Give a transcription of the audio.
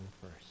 first